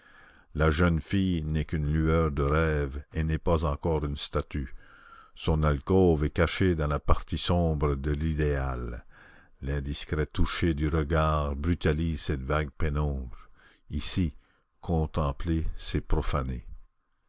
la jeune fille n'est qu'une lueur de rêve et n'est pas encore une statue son alcôve est cachée dans la partie sombre de l'idéal l'indiscret toucher du regard brutalise cette vague pénombre ici contempler c'est profaner